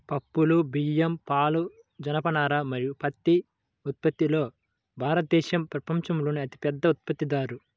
పప్పులు, బియ్యం, పాలు, జనపనార మరియు పత్తి ఉత్పత్తిలో భారతదేశం ప్రపంచంలోనే అతిపెద్ద ఉత్పత్తిదారు